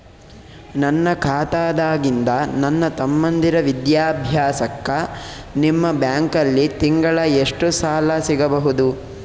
ನನ್ನ ಖಾತಾದಾಗಿಂದ ನನ್ನ ತಮ್ಮಂದಿರ ವಿದ್ಯಾಭ್ಯಾಸಕ್ಕ ನಿಮ್ಮ ಬ್ಯಾಂಕಲ್ಲಿ ತಿಂಗಳ ಎಷ್ಟು ಸಾಲ ಸಿಗಬಹುದು?